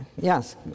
yes